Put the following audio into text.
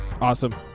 awesome